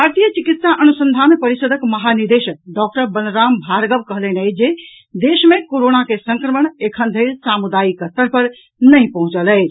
भारतीय चिकित्सा अनुसंधान परिषदक महानिदेशक डॉक्टर बलराम भार्गव कहलनि अछि जे देश मे कोरोना के संक्रमण एखन धरि सामुदायिक स्तर पर नहि पहुंचल अछि